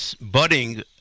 budding